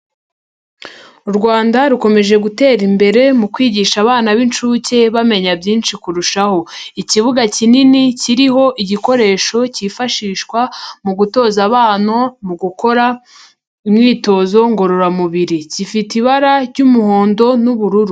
U Rwanda rukomeje gutera imbere mu kwigisha abana b'inshuke bamenya byinshi kurushaho, ikibuga kinini kiriho igikoresho cyifashishwa mu gutoza abana, mu gukora imyitozo ngororamubiri gifite ibara ry'umuhondo n'ubururu.